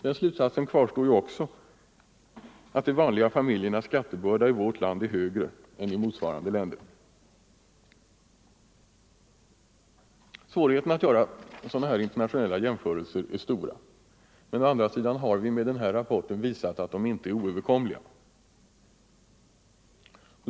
Den slutsatsen kvarstår ju också att de vanliga familjernas skattebörda i vårt land är högre än i motsvarande länder. Svårigheterna med att göra sådana här internationella jämförelser är stora, men å andra sidan har vi med rapporten visat att de inte är oöverkomliga.